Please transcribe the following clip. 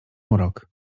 urok